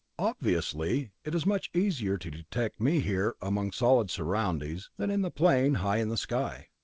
obviously it is much easier to detect me here among solid surroundings, than in the plane high in the sky.